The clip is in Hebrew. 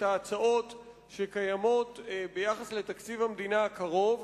את ההצעות שקיימות ביחס לתקציב המדינה הקרוב,